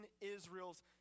Israel's